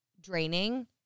draining